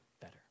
better